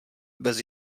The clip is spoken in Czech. bez